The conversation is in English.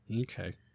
Okay